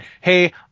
hey